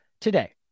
today